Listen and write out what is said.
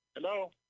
Hello